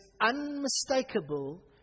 unmistakable